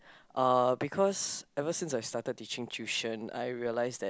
uh because ever since I started teaching tuition I realize that